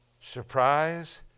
Surprise